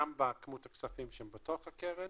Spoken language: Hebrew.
גם בכמות הכספים שבתוך הקרן.